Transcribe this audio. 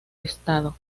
estado